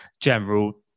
General